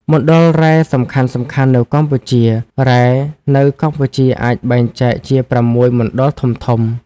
មណ្ឌលរ៉ែសំខាន់ៗនៅកម្ពុជា រ៉ែនៅកម្ពុជាអាចបែងចែកជា ៦ មណ្ឌលធំៗ។